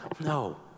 No